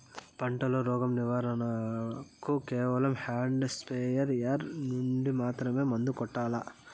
పంట లో, రోగం నివారణ కు కేవలం హ్యాండ్ స్ప్రేయార్ యార్ నుండి మాత్రమే మందులు కొట్టల్లా?